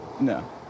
No